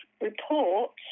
report